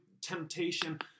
temptation